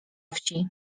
wsi